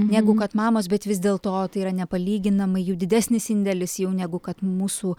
negu kad mamos bet vis dėl to tai yra nepalyginamai didesnis indėlis jau negu kad mūsų